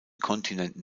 kontinenten